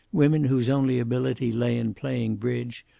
women whose only ability lay in playing bridge,